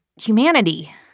humanity